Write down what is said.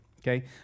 okay